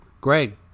Greg